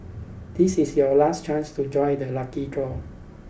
this is your last chance to join the lucky draw